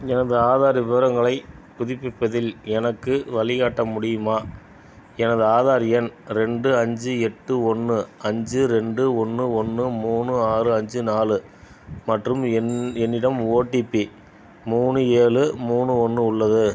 எனது ஆதார் விவரங்களைப் புதுப்பிப்பதில் எனக்கு வழிகாட்ட முடியுமா எனது ஆதார் எண் ரெண்டு அஞ்சு எட்டு ஒன்று அஞ்சு ரெண்டு ஒன்று ஒன்று மூணு ஆறு அஞ்சு நாலு மற்றும் என் என்னிடம் ஓடிபி மூணு ஏழு மூணு ஒன்று உள்ளது